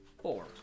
four